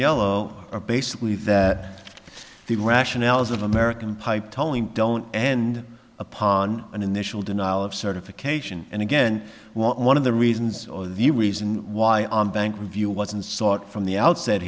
yellow are basically that the rationales of american pipe tolling don't end upon an initial denial of certification and again one of the reasons or the reason why on bank review wasn't sought from the outset